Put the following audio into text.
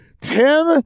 Tim